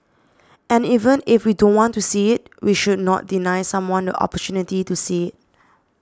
and even if we don't want to see it we should not deny someone the opportunity to see it